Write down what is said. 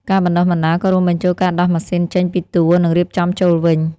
ការបណ្តុះបណ្តាលក៏រួមបញ្ចូលការដោះម៉ាស៊ីនចេញពីតួនិងរៀបចំចូលវិញ។